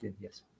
yes